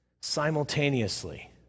simultaneously